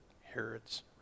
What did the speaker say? Herod's